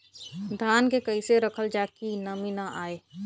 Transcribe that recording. धान के कइसे रखल जाकि नमी न आए?